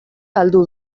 galdu